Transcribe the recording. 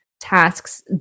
Tasks